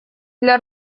для